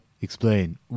Explain